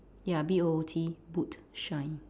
ya B O O T boot shine